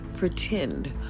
Pretend